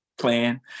plan